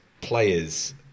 players